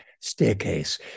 staircase